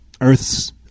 Earth's